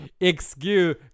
Excuse